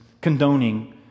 condoning